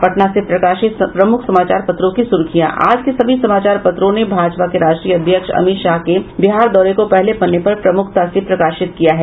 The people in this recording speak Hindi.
अब पटना से प्रकाशित प्रमुख समाचार पत्रों की सुर्खियां आज के सभी समाचार पत्रों ने भाजपा के राष्ट्रीय अध्यक्ष अमित शाह के बिहार दौरे को पहले पन्ने पर प्रमुखता से प्रकाशित किया है